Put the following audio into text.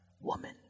woman